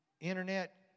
Internet